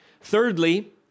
Thirdly